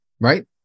right